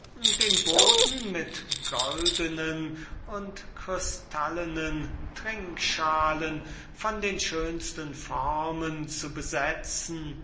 den boden mit goldnen und kristallenen trinkschalen von allerlei niedlichen formen zu besetzen